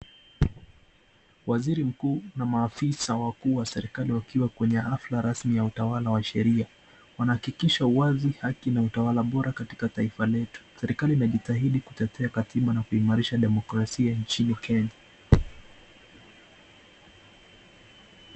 Waziri mkuu na maafisa wakuu wa serikali wakiwa kwenye hafla rasmi ya utawala wa sheria, wanahakikisha uwazi, haki na utawala bora katika taifa letu. Serikali imejitahidi kutetea katiba na kuimarisha demokrasia nchini Kenya.